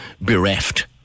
bereft